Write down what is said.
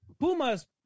Pumas